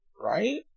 Right